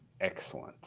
excellent